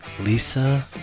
Lisa